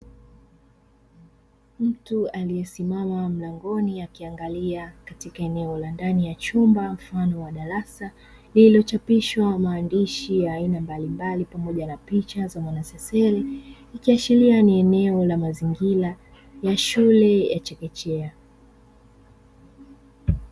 Mtu aliyesimama mlangoni akiangalia katika eneo la ndani la chumba mfano wa darasa, lililochapishwa maandishi mbalimbali pamoja na picha za mwanasesere, ikiashiria ni eneo la mazingira ya shule ya chekechea.